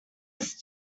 was